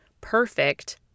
perfect